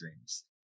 dreams